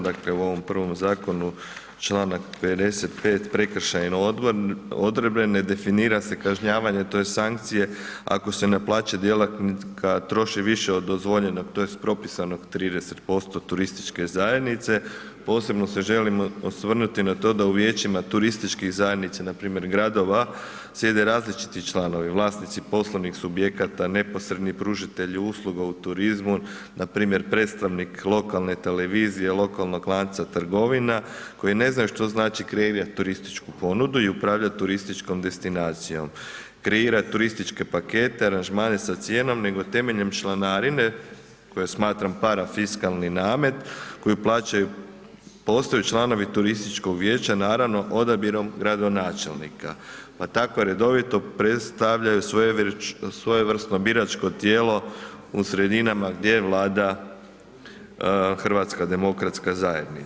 Dakle u ovom prvom zakonu, članak 55. prekršajne odredbe, ne definira se kažnjavanje tj. sankcije ako se na plaće djelatnika troši više od dozvoljenog tj. propisanog 30% turističke zajednice, posebno se želim osvrnuti na to u vijećima turističkih zajednica, npr. gradova sjede različiti članovi, vlasnici poslovnih subjekata neposredni pružatelji usluga u turizmu npr. predstavnik lokalne televizije, lokalnog lanca trgovina koji ne znaju što znači kreirati turističku ponudu i upravljati turističkom destinacijom, kreirati turističke pakete, aranžmane sa cijenom nego temeljem članarine koju smatram parafiskalni namet koji plaćaju ... članovi turističkog vijeća, naravno odabirom gradonačelnika pa tako redovito predstavljaju svojevrsno biračko tijelo u sredinama gdje vlada HDZ.